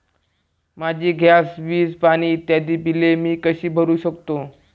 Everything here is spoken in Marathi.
माझी गॅस, वीज, पाणी इत्यादि बिले मी कशी भरु शकतो?